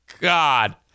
God